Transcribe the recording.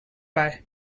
buy